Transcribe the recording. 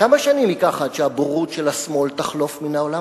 כמה שנים ייקח עד שהבורות של השמאל תחלוף מן העולם?